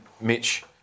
Mitch